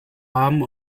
haben